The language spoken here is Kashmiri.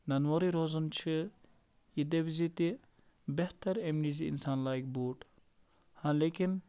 ننہٕ وورٕے روزُن چھُ یہِ دٔپۍ زِ تہِ بہتر اَمہِ نِش زِ اِنسان لاگہِ بوٗٹھ ہاں لیکن